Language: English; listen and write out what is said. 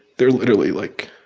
they're literally, like,